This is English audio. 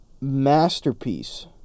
Masterpiece